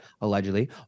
allegedly